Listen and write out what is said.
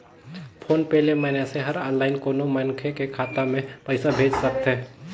phone पे ले मइनसे हर आनलाईन कोनो मनखे के खाता मे पइसा भेज सकथे